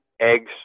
eggs